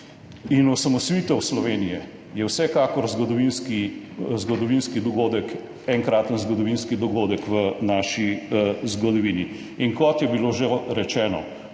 In osamosvojitev Slovenije je vsekakor zgodovinski dogodek, enkraten zgodovinski dogodek v naši zgodovini. Kot je bilo že rečeno,